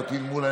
פטין מולא,